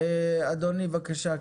אדוני, בבקשה.